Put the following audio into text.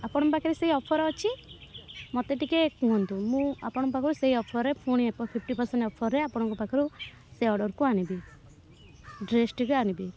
ଆପଣଙ୍କ ପାଖରେ ସେହି ଅଫର୍ ଅଛି ମୋତେ ଟିକେ କୁହନ୍ତୁ ମୁଁ ଆପଣଙ୍କ ପାଖରୁ ସେଇ ଅଫର୍ରେ ଫୁଣି ଆପ ଫିଫ୍ଟି ପରସେଣ୍ଟ୍ ଅଫର୍ରେ ଆପଣଙ୍କ ପାଖରୁ ସେ ଅର୍ଡ଼ରକୁ ଆଣିବି ଡ୍ରେସ୍ଟିକୁ ଆଣିବି